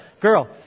girl